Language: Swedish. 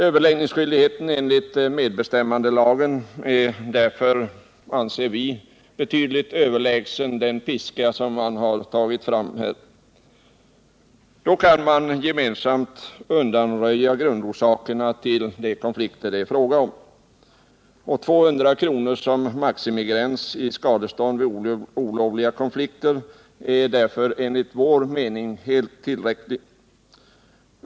Överläggningar i enlighet med medbestämmandelagen är därför enligt vår mening en metod som är betydligt överlägsen den ”piska” som här har använts. Genom överläggningar kan man gemensamt undanröja grund — Nr 38 orsakerna till de konflikter det är fråga om. 200 kr. som maximigräns för skadestånd vid olovliga konflikter är därvid som vi ser det helt tillräckligt.